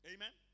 Amen